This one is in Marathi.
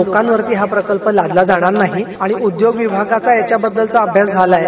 लोकांवरती हा प्रकल्प लादला जाणार नाही आणि उद्योग विभागाचा यांच्याबद्दलचा अभ्यास झाला आहे